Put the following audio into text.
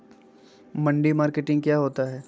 मंडी मार्केटिंग क्या होता है?